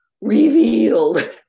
revealed